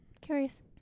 Curious